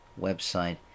website